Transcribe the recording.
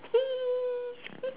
!ee!